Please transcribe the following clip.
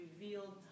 revealed